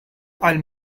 will